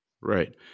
Right